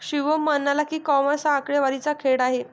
शिवम म्हणाला की, कॉमर्स हा आकडेवारीचा खेळ आहे